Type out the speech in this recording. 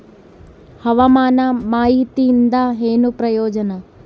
ಹವಾಮಾನ ಮಾಹಿತಿಯಿಂದ ಏನು ಪ್ರಯೋಜನ?